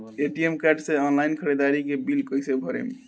ATM card से online ख़रीदारी के बिल कईसे भरेम?